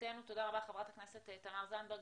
תודה רבה, חברת הכנסת תמר זנדברג.